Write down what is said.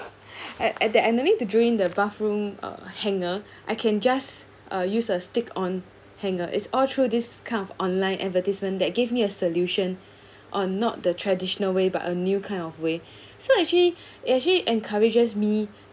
at at the to drain the bathroom uh hanger I can just use a stick on hanger is all through this kind of online advertisement that gave me a solution uh not the traditional way but a new kind of way so actually actually encourages me